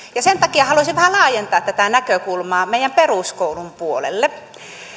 sen takia halusin vähän laajentaa tätä näkökulmaa meidän peruskoulun puolelle